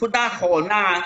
ונקודה אחרונה,